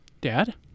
Dad